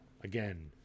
again